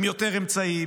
עם יותר אמצעים,